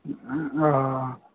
ہاں